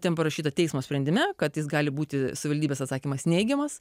ten parašyta teismo sprendime kad jis gali būti savivaldybės atsakymas neigiamas